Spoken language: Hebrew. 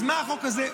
אז מה החוק הזה?